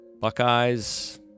Buckeyes